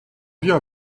viens